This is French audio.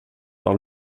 par